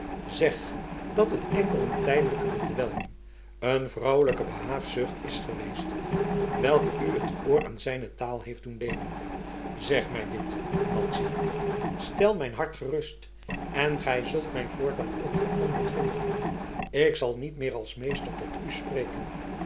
zeg dat het enkel een tijdelijke bedwelming een vrouwelijke behaagzucht is geweest welke u het oor aan zijne taal heeft doen leenen zeg mij dit madzy stel mijn hart gerust en gij zult mij voortaan ook veranderd vinden ik zal niet meer als meester tot u spreken